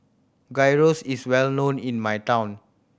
gyros is well known in my town